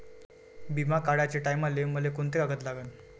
बिमा काढाचे टायमाले मले कोंते कागद लागन?